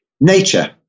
nature